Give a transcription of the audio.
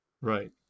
Right